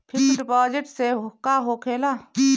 Fix deposit से का होखे ला?